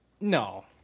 No